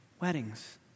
weddings